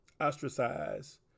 ostracized